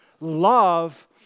Love